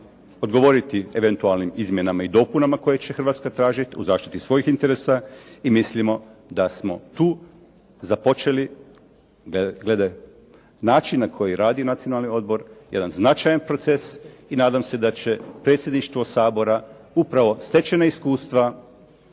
odgovoriti eventualnim izmjenama i dopunama koje će Hrvatska tražiti u zaštiti svojih interesa i mislimo da smo tu započeli glede načina na koji radi Nacionalni odbor jedan značajan proces i mislim da će predsjedništvo Sabora upravo stečena iskustva